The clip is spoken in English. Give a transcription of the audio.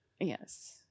Yes